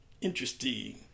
interesting